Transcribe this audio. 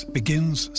begins